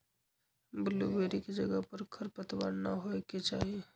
blueberry के जगह पर खरपतवार न होए के चाहि